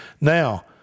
Now